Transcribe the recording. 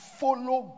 follow